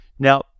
Now